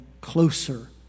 closer